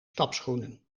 stapschoenen